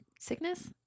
Sickness